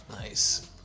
Nice